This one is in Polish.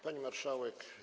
Pani Marszałek!